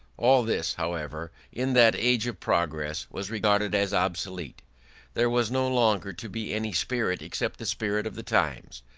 all this, however, in that age of progress, was regarded as obsolete there was no longer to be any spirit except the spirit of the times.